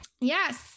Yes